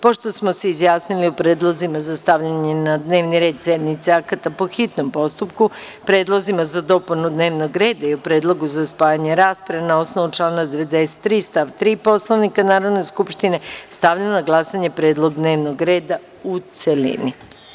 Pošto smo se izjasnili o predlozima za stavljanje na dnevni red sednice akata po hitnom postupku, predlozima za dopunu dnevnog reda i o predlogu za spajanje rasprave, na osnovu člana 93. stav 3. Poslovnika Narodne skupštine, stavljam na glasanje predlog dnevnog reda u celini.